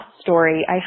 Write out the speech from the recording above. story